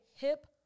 hip